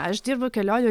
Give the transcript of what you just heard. aš dirbu kelionių